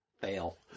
Fail